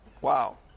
Wow